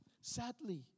Sadly